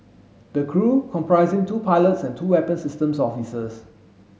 the crew comprising two pilots and two weapon systems officers